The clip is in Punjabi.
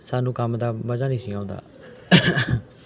ਸਾਨੂੰ ਕੰਮ ਦਾ ਮਜ਼ਾ ਨਹੀਂ ਸੀ ਆਉਂਦਾ